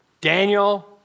Daniel